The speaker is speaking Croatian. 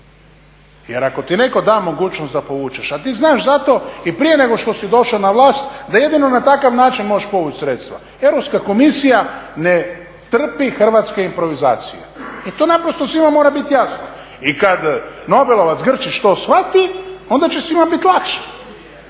Jer ako ti neko da mogućnost da povučeš a ti znaš za to i prije nego što si došao na vlast da jedino na takav način možeš povući sredstava. Europska komisija ne trpi hrvatske improvizacije. I to naprosto svima mora biti jesno. I kad nobelovac Grčić to shvati onda će svima bit lakše,